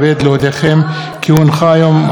כי הונחו היום על שולחן הכנסת,